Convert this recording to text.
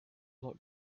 not